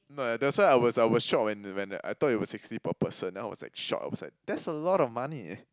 no that's why I was I was shock when when I thought it was sixty per person then I was like shock I was like that's a lot of money